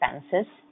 expenses